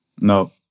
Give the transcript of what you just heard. No